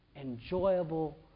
enjoyable